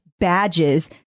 badges